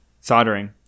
Soldering